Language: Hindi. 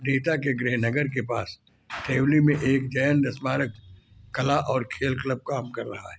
नेता के गृहनगर के पास थेवली में एक जयन स्मारक कला और खेल क्लब काम कर रहा है